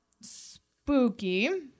Spooky